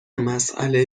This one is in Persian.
مسئله